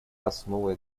основой